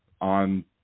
on